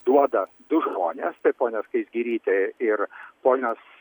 duoda du žmones tai ponia skaisgirytė ir ponas